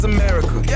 America